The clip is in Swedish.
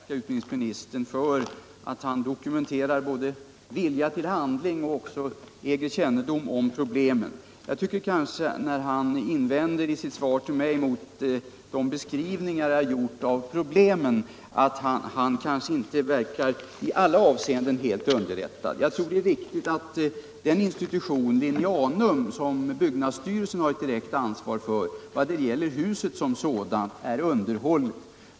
Herr talman! Jag har anledning att återigen tacka utbildningsministern för att han dokumenterar vilja till handling och äger kännedom om problemen. Att han emellertid i sitt svar till mig gör invändningar mot mina beskrivningar av problemen tyder på att han kanske inte i alla avseenden är tillräckligt underrättad. Jag tror att det är riktigt att Linnéanum, som byggnadsstyrelsen har ansvar för, vad det gäller själva huset är tillfredsställande underhållet.